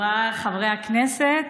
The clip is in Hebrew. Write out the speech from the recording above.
חבריי חברי הכנסת,